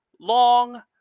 long